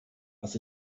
was